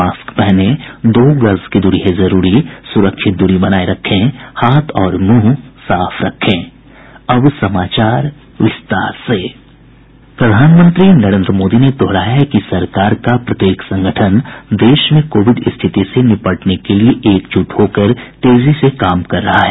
mask पहनें दो गज दूरी है जरूरी सुरक्षित दूरी बनाये रखें हाथ और मुंह साफ रखें प्रधानमंत्री नरेन्द्र मोदी ने दोहराया है कि सरकार का प्रत्येक संगठन देश में कोविड स्थिति से निपटने के लिए एकजुट होकर तेजी से कार्य कर रहा है